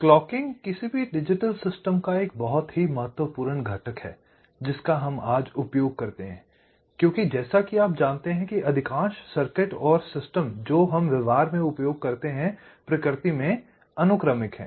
clocking किसी भी digital system का एक बहुत ही महत्वपूर्ण घटक है जिसका हम आज उपयोग करते हैं क्योंकि जैसा कि आप जानते हैं कि अधिकांश सर्किट और सिस्टम जो हम व्यवहार में उपयोग करते हैं प्रकृति में अनुक्रमिक हैं